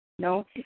No